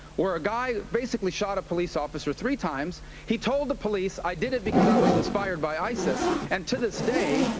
where a guy basically shot a police officer three times. he told the police, i did it because i was inspired by isis, and to this day,